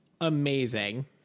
amazing